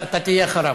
אתה תהיה אחריו.